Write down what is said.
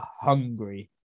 hungry